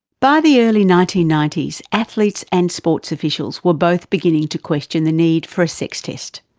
by the early nineteen ninety s, athletes and sports officials were both beginning to question the need for a sex test.